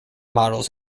models